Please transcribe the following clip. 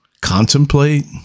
contemplate